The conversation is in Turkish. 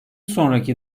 sonraki